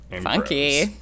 Funky